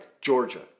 Georgia